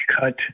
cut